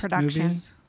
movies